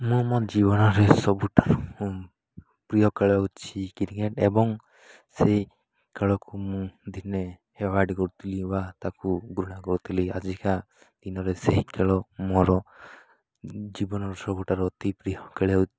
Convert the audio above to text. ମୁଁ ମୋ ଜୀବନରେ ସବୁଠାରୁ ପ୍ରିୟ ଖେଳ ହେଉଛି କ୍ରିକେଟ୍ ଏବଂ ସେହି ଖେଳକୁ ମୁଁ ଦିନେ ହେଡ଼୍ ୱାର୍ଡ଼ କରୁଥିଲି ବା ତାକୁ ଗୃରୁଣା କରୁଥିଲି ଆଜିକା ଦିନରେ ସେହି ଖେଳ ମୋର ଜୀବନର ସବୁଠାରୁ ଅତି ପ୍ରିୟ ଖେଳ